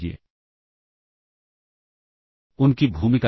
है ना